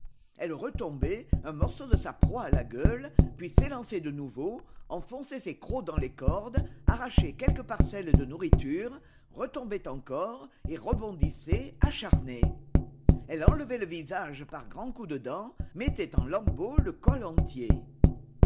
elle retombait un morceau de sa proie à la gueule puis s'élançait de nouveau enfonçait ses crocs dans les cordes arrachait quelques parcelles de nourriture retombait encore et rebondissait acharnée elle enlevait le visage par grands coups de dents mettait en lambeaux le col entier